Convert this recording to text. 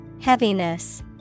Heaviness